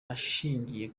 ashingiye